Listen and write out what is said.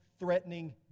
threatening